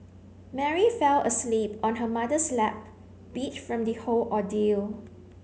Mary fell asleep on her mother's lap beat from the whole ordeal